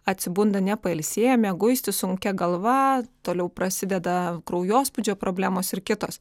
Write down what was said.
atsibunda nepailsėję mieguisti sunkia galva toliau prasideda kraujospūdžio problemos ir kitos